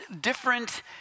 different